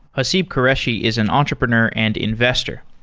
haseeb qureshi is an entrepreneur and investor.